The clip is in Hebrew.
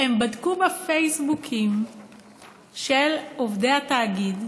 הם בדקו בפייסבוקים של עובדי התאגיד,